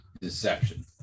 deception